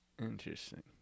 Interesting